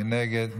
מי נגד?